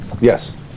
Yes